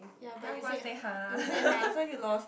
ya but you said you said !huh! so you lost